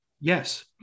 Yes